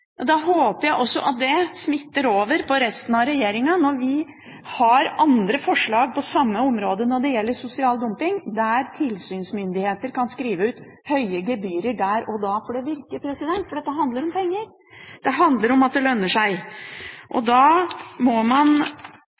Da håper jeg også at det smitter over på resten av regjeringen når vi har andre forslag på samme område når det gjelder sosial dumping, hvor tilsynsmyndighetene kan skrive ut høye gebyrer der og da – for det virker. Dette handler om penger. Det handler om at det lønner seg. Da må man